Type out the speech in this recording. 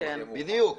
בדיוק.